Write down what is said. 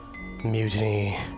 mutiny